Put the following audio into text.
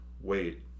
wait